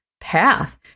path